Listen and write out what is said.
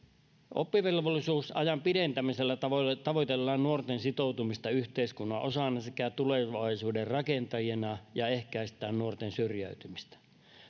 oppivelvollisuusajan pidentämisellä tavoitellaan nuorten sitoutumista yhteiskunnan osana sekä tulevaisuuden rakentajina ja ehkäistään nuorten syrjäytymistä